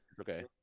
Okay